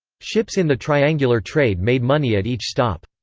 ships in the triangular trade made money at each stop.